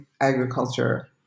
agriculture